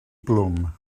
blwm